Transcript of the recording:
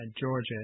Georgia